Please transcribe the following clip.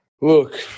Look